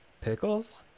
Pickles